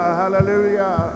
hallelujah